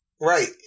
Right